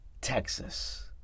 Texas